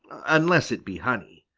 unless it be honey.